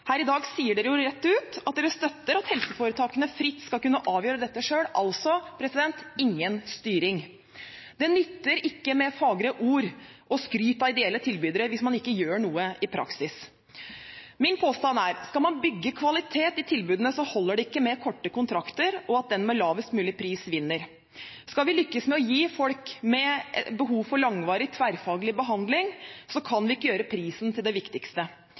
Her i dag sier regjeringspartiene rett ut at de støtter at helseforetakene fritt skal kunne avgjøre dette selv, altså ingen styring. Det nytter ikke med fagre ord og skryt av ideelle tilbydere hvis man ikke gjør noe i praksis. Min påstand er at om man skal bygge kvalitet i tilbudene, holder det ikke med korte kontrakter og at den med lavest mulig pris, vinner. Skal vi lykkes med å gi folk med behov for langvarig, tverrfaglig behandling et tilbud, kan vi ikke gjøre prisen til det viktigste,